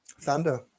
Thunder